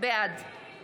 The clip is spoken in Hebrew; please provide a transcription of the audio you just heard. בעד מיכל,